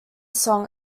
song